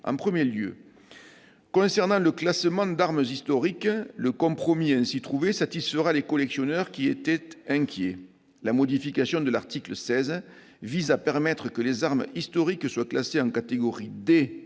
compromis trouvé sur le classement d'armes historiques satisfera les collectionneurs, qui étaient inquiets. La modification de l'article 16 vise à permettre que les armes historiques soient classées en catégorie D